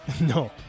No